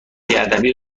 بیادبی